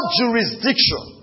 jurisdiction